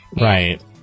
Right